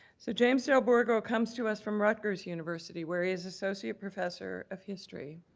so james delbourgo comes to us from rutgers university, where he is associate professor of history.